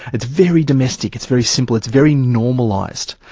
it's very domestic, it's very simple, it's very normalised,